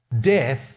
death